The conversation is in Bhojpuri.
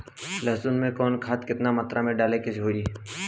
लहसुन में कवन खाद केतना मात्रा में डाले के होई?